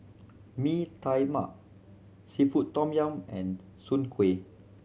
Mee Tai Mak seafood tom yum and soon kway